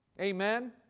Amen